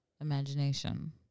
imagination